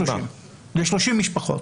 משפחות.